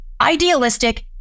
idealistic